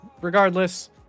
regardless